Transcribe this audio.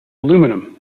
aluminum